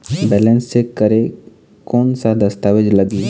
Balance check करें कोन सा दस्तावेज लगी?